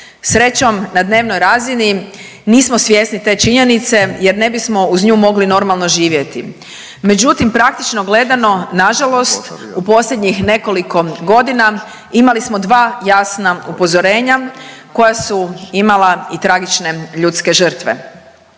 srećom na dnevnoj razini nismo svjesni te činjenice jer ne bismo uz nju mogli normalno živjeti, međutim praktično gledano nažalost u posljednjih nekoliko godina imali smo dva jasna upozorenja koja su imala i tragične ljudske žrtve.